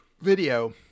video